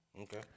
Okay